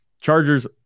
Chargers